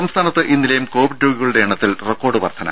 രുര സംസ്ഥാനത്ത് ഇന്നലെയും കോവിഡ് രോഗികളുടെ എണ്ണത്തിൽ റെക്കോർഡ് വർധന